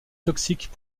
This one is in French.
toxiques